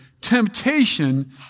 temptation